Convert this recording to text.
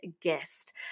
guest